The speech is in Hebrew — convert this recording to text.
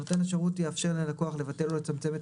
(ב) נותן השירות יאפשר ללקוח לבטל או לצמצם את